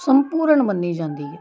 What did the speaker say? ਸੰਪੂਰਨ ਮੰਨੀ ਜਾਂਦੀ ਹੈ